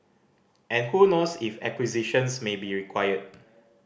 and who knows if acquisitions may be required